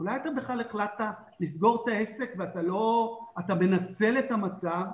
אולי אתה בכלל החלטת לסגור את העסק ואתה מנצל את המצב?